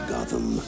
Gotham